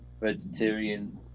vegetarian